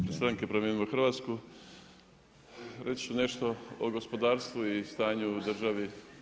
U ime stranke Promijenimo Hrvatsku, reći ću nešto o gospodarstvu i stanju u državi.